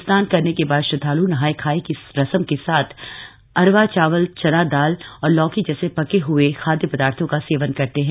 स्नान करने के बाद श्रद्वाल् नहाय खाय की रस्म के तहत अरवा चावलए चना दाल और लौकी जैसे पके हए खाद्य पदार्थों का सेवन करते हैं